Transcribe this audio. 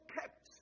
kept